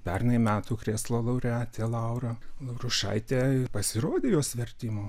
pernai metų krėslo laureatė laura laurušaitė pasirodė jos vertimų